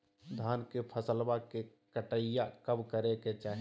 धान के फसलवा के कटाईया कब करे के चाही?